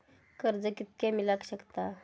कर्ज कितक्या मेलाक शकता?